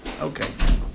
Okay